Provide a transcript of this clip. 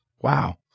Wow